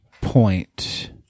point